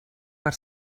per